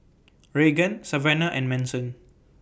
Raegan Savana and Manson